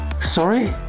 Sorry